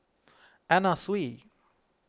Anna Sui